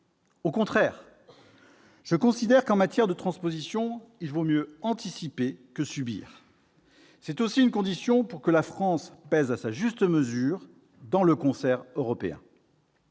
Au contraire, je considère qu'en matière de transposition il vaut mieux anticiper que subir. C'est aussi une condition pour que la France pèse à sa juste mesure dans le concert européen.